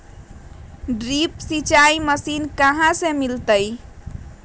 Drip सिंचाई machine कहाँ से मिलतै?